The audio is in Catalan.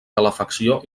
calefacció